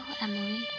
Emily